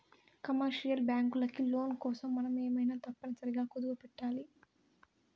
commercial బ్యాంకులకి loan కోసం మనం ఏమైనా తప్పనిసరిగా కుదవపెట్టాలి